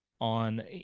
on